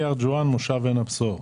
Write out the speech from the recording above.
אני ממושב עין הבשור.